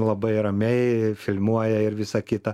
labai ramiai filmuoja ir visa kita